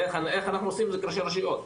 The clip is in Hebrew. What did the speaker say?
איך אנחנו עושים את זה כראשי רשויות?